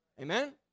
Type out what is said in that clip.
Amen